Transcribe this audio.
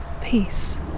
peace